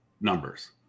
numbers